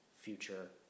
future